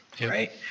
right